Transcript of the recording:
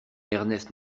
ernest